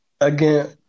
Again